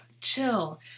chill